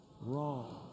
Wrong